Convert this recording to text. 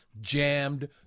jammed